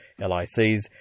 LICs